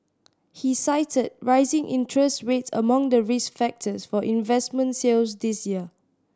he cited rising interest rates among the risk factors for investment sales this year